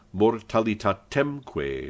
mortalitatemque